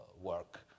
work